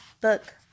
book